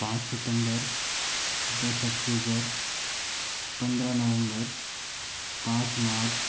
पाँच सितंबर दस अक्टूबर पंद्रह नवंबर पाँच मार्च